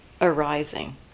arising